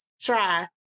try